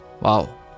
Wow